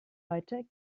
heute